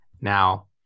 Now